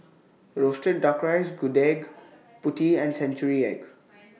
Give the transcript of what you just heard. Roasted Duck Rice Gudeg Putih and Century Egg